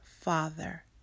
father